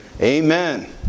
Amen